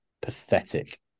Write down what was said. pathetic